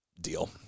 deal